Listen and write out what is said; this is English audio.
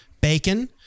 bacon